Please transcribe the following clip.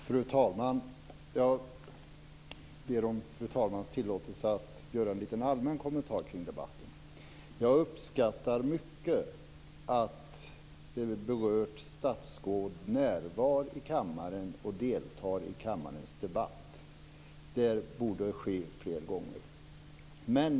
Fru talman! Jag ber om fru talmannens tillåtelse att göra en liten, allmän kommentar kring debatten. Jag uppskattar mycket att berörda statsråd närvar i kammaren och deltar i kammarens debatt. Det borde ske fler gånger.